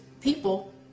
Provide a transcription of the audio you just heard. people